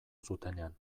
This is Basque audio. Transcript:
zutenean